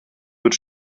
wird